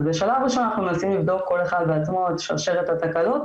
אז בשלב ראשון אנחנו מנסים לבדוק כל אחד בעצמו את שרשרת התקלות,